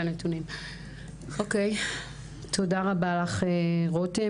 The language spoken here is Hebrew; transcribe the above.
תודה רבה לך רתם.